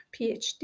PhD